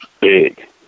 big